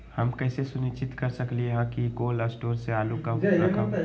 हम कैसे सुनिश्चित कर सकली ह कि कोल शटोर से आलू कब रखब?